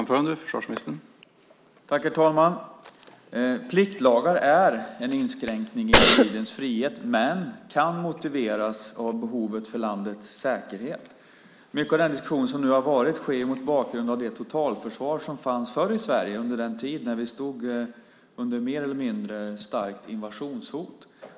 Herr talman! Pliktlagar är en inskränkning i individens frihet men kan motiveras av behovet för landets säkerhet. Mycket av den diskussion som varit har skett mot bakgrund av det totalförsvar som tidigare fanns i Sverige då vi stod under ett mer eller mindre starkt invasionshot.